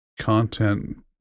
content